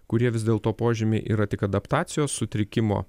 kurie vis dėlto požymiai yra tik adaptacijos sutrikimo